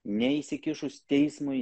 neįsikišus teismui